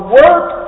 work